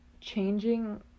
changing